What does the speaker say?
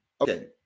okay